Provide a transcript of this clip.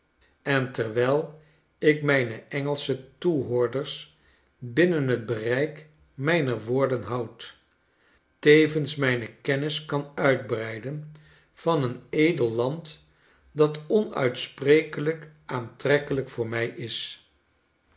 en terwijl ik mijne engelsche toehoorders binnen het bereik mner woorden houd tevens mijne kennis kan uitbreiden van een edel land dat onuitsprekkelijk aantrekkelijk voor mij is